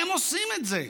הם עושים את זה,